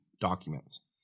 documents